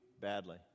badly